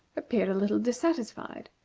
appeared a little dissatisfied.